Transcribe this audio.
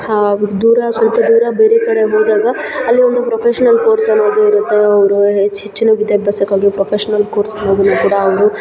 ಹಾಂ ದೂರ ಸ್ವಲ್ಪ ದೂರ ಬೇರೆ ಕಡೆ ಹೋದಾಗ ಅಲ್ಲಿ ಒಂದು ಪ್ರೊಫೆಷ್ನಲ್ ಕೋರ್ಸ್ ಅನ್ನೋದು ಇರುತ್ತೆ ಅವರು ಹೆಚ್ಚು ಹೆಚ್ಚಿನ ವಿದ್ಯಾಭ್ಯಾಸಕ್ಕಾಗಿ ಪ್ರೊಫೆಷ್ನಲ್ ಕೋರ್ಸ್ ಅನ್ನೋದನ್ನು ಕೂಡ ಅವರು